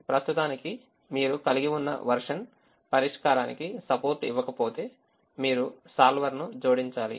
ప్రస్తుతానికి మీరు కలిగి ఉన్న version పరిష్కారికి support ఇవ్వకపోతే మీరు solver ను జోడించాలి